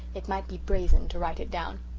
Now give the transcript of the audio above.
it might be brazen to write it down.